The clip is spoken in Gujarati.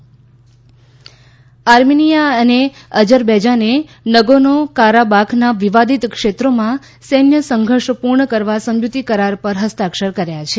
આર્મિનિયા આર્મિનિયા અને અજરબૈજાને નગોર્નો કારાબાખના વિવાદિત ક્ષેત્રોમાં સૈન્ય સંઘર્ષ પૂર્ણ કરવા સમજૂતી કરાર પર હસ્તાક્ષર કર્યા છે